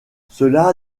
cela